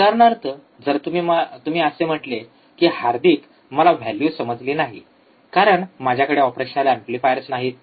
उदाहरणार्थ जर तुम्ही असे म्हटले की हार्दिक मला व्हॅल्यू समजले नाही कारण माझ्याकडे ऑपरेशनल एंपलिफायर्स नाहीत